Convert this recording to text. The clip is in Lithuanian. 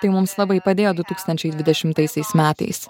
tai mums labai padėjo du tūkstančiai dvidešimtaisiais metais